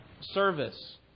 service